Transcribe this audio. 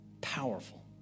powerful